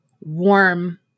warm